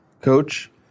coach